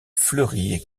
fleurie